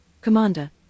Commander